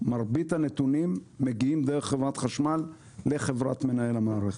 ומרבית הנתונים מגיעים דרך חברת החשמל לחברת מנהל המערכת.